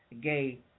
gay